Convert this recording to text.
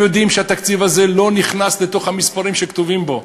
הם יודעים שהתקציב הזה לא נכנס לתוך המספרים שכתובים בו.